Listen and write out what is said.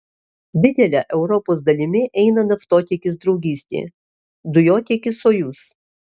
didele europos dalimi eina naftotiekis draugystė dujotiekis sojuz